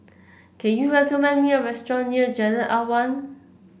can you recommend me a restaurant near Jalan Awan